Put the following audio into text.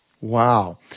Wow